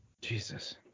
Jesus